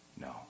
No